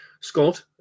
Scott